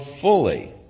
fully